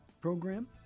program